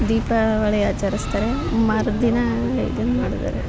ದೀಪಾವಳಿ ಆಚರಿಸ್ತಾರೆ ಮರುದಿನ ಇದನ್ನ ಮಾಡ್ತಾರೆ